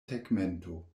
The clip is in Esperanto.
tegmento